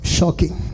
Shocking